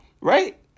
Right